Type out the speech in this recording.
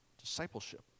discipleship